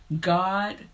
God